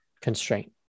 constraint